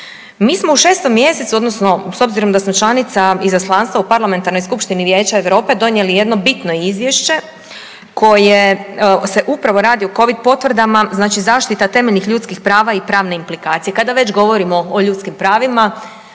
Mi smo u 6. mj., odnosno s obzirom da smo članica Izaslanstva u Parlamentarnog skupštini Vijeća Europe donijeli jedno bitno izvješće koje se upravo radi o Covid potvrdama, znači zaštita temeljnih ljudskih prava i pravne implikacije.